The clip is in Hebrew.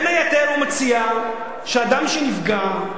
סכום, בין היתר הוא מציע שאדם שנפגע,